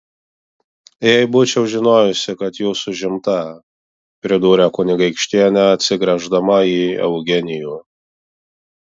jei būčiau žinojusi kad jūs užimta pridūrė kunigaikštienė atsigręždama į eugenijų